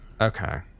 Okay